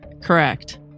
correct